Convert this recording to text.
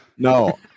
No